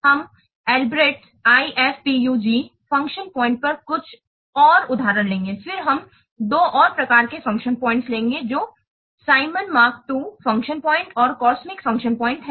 हम इस Albrecht IFPUG function points पर कुछ और उदाहरण लेंगे फिर हम दो और प्रकार के फ़ंक्शन पॉइंट लेंगे जो Symons Mark II function point और COSMIC फ़ंक्शन पॉइंट हैं